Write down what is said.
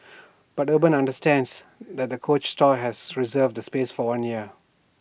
but urban understands that the coach store has reserved the space for one year